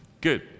Good